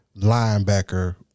linebacker